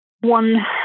one